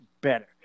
better